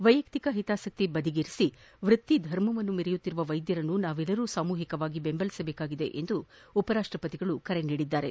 ವೈಯಕ್ತಿಕ ಹಿತಾಸಕ್ತಿ ಬದಿಗಿರಿಸಿ ವೃತ್ತಿ ಧರ್ಮವನ್ನು ಮೆರೆಯುತ್ತಿರುವಾಗ ವೈದ್ಯರನ್ನು ನಾವೆಲ್ಲರೂ ಸಾಮೂಹಿಕವಾಗಿ ಬೆಂಬಲಿಸಬೇಕಾಗಿದೆ ಎಂದು ಉಪರಾಷ್ಟಪತಿ ಕರೆ ನೀಡಿದ್ದಾರೆ